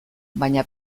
baina